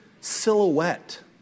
silhouette